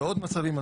ועוד מצבים,